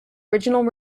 original